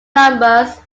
numbers